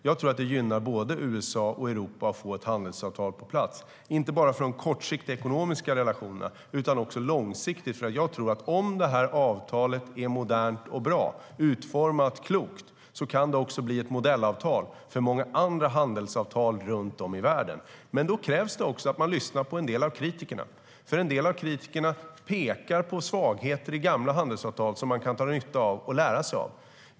Jag tror att det gynnar både USA och Europa att få ett handelsavtal på plats, inte bara för de kortsiktiga ekonomiska relationerna utan också långsiktigt. Jag tror nämligen att avtalet, om det är modernt, bra och klokt utformat, kan bli ett modellavtal för många andra handelsavtal runt om i världen. Men då krävs också att man lyssnar på en del av kritikerna. En del av kritikerna pekar nämligen på svagheter i gamla handelsavtal, som man kan dra nytta av och lära sig av.